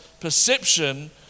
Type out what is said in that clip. perception